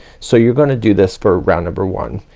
so you're gonna do this for round number one.